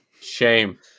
Shame